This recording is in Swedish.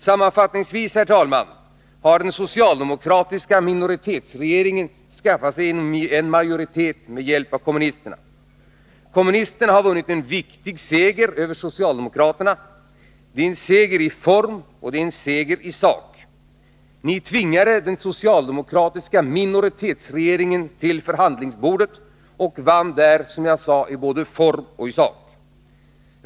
Sammanfattningsvis, herr talman, har den socialdemokratiska minoritetsregeringen skaffat sig en majoritet med hjälp av kommunisterna. Kommunisterna har vunnit en viktig seger över socialdemokraterna, en seger i form och en seger i sak. Ni tvingade den socialdemokratiska minoritetsregeringen till förhandlingsbordet och vann där, som jag sade, både i form och i sak.